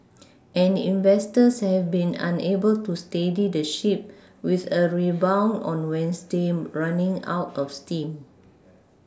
and investors have been unable to steady the ship with a rebound on wednesday running out of steam